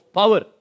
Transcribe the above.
power